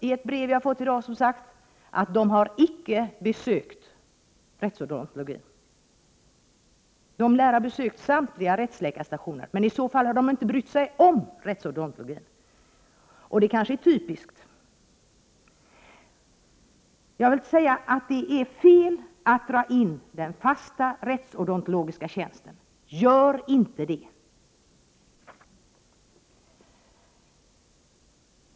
I ett brev som jag har fått i dag står det alltså att man inte har besökt den rättsodontologiska institutionen. Det lär ha avlagts besök vid samtliga rättsläkarstationer, men i så fall har man inte brytt sig om rättsodontologin. Det är kanske typiskt. Jag vill påstå att det är felaktigt att dra in den fasta rättsodontologiska tjänsten. Gör inte det!